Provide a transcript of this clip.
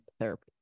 therapy